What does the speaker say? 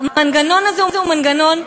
המנגנון הזה הוא מנגנון,